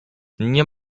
nie